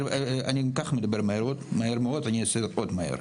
אני מדבר מאוד, אני אעשה את זה עוד יותר מהר.